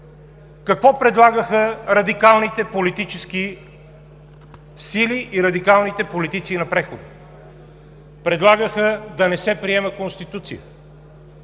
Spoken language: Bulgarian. Какво предлагаха радикалните политически сили и радикалните политици на прехода? Предлагаха да не се приема Конституция;